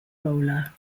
roller